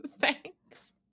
Thanks